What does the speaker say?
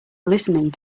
listening